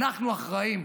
אנחנו אחראים.